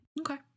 Okay